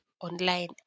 online